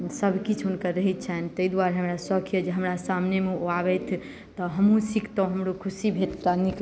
सब किछु हुनकर रहै छैनि तै दुआरे हमरा शौक यऽ जे हमरा सामनेमे ओ आबैथ तऽ हमहुँ सिखतहुॅं हमरो खुशी भेटतै नीक